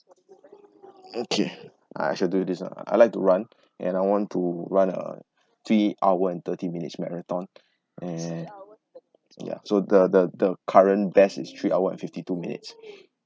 okay I shall do this ah I like to run and I want to run a three hour and thirty minutes marathon and ya so the the the current best is three hours fifty two minutes